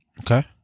Okay